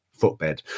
footbed